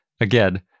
again